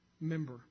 member